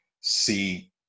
see –